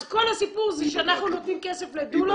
אז כל הסיפור זה שאנחנו נותנים כסף לדולות?